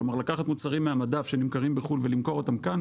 כלומר לקחת מוצרים מהמדף שנמכרים בחו"ל ולמכור אותם כאן.